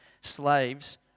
Slaves